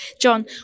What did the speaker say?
John